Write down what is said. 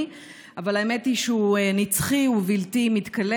אבל האמת היא שהוא נצחי ובלתי מתכלה.